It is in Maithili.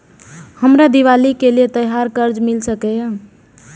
हमरा दिवाली के लिये त्योहार कर्जा मिल सकय?